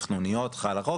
תכנוניות חל החוק.